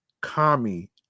Kami